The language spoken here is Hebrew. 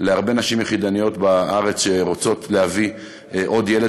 להרבה נשים יחידניות בארץ שרוצות להביא עוד ילד